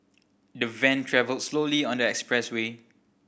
the van travelled slowly on the expressway